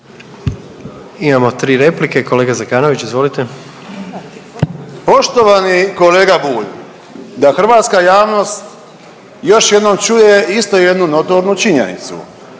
Imamo tri replike. Kolega Zekanović izvolite. **Zekanović, Hrvoje (HDS)** Poštovani kolega Bulj, da hrvatska javnost još jednom čuje isto jednu notornu činjenicu.